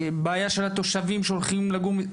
בעיה של התושבים שהולכים לגור?